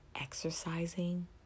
exercising